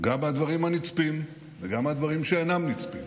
גם מהדברים הנצפים וגם מהדברים שאינם נצפים,